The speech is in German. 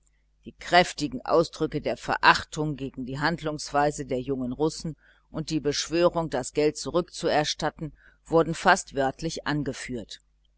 die kräftigen ausdrücke der verachtung gegen die handlungsweise der jungen russen und die beschwörung das geld zurückzuerstatten wurden fast wörtlich angeführt